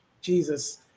Jesus